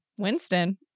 Winston